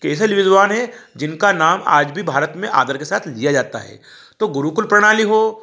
कि ऐसे ऐसे विद्वान हैं जिनका नाम आज भी भारत में आदर के साथ लिया जाता है तो गुरुकुल प्रणाली हो